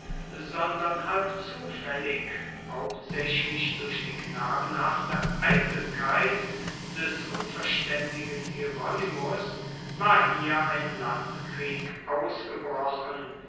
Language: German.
sondern halb zufaellig hauptsaechlich durch die knabenhafte eitelkeit des unverstaendigen hieronymos war hier ein landkrieg ausgebrochen